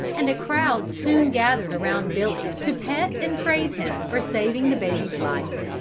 and a crowd soon gathered around billy to pet and praise him for saving the baby's life.